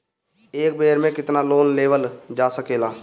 एक बेर में केतना लोन लेवल जा सकेला?